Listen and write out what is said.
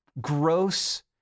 gross